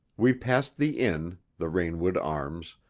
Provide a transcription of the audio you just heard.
we passed the inn, the rainwood arms,